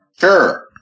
Sure